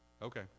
Okay